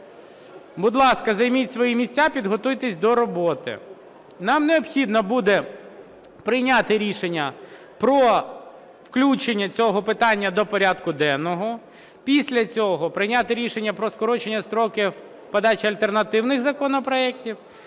Будь ласка, займіть свої місця, підготуйтесь до роботи. Нам необхідно буде прийняти рішення про включення цього питання до порядку денного. Після цього прийняти рішення про скорочення строків подачі альтернативних законопроектів.